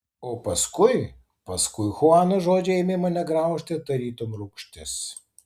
o paskui paskui chuano žodžiai ėmė mane graužti tarytum rūgštis